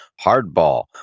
hardball